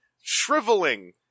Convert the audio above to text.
shriveling